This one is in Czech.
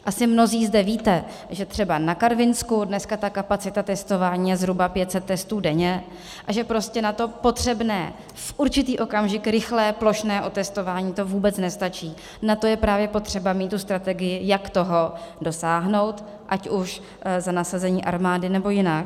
Asi mnozí zde víte, že třeba na Karvinsku je dneska ta kapacita testování zhruba 500 testů denně a že prostě na to potřebné, v určitý okamžik rychlé plošné otestování to vůbec nestačí, na to je právě potřeba mít tu strategii, jak toho dosáhnout, ať už za nasazení armády, nebo jinak.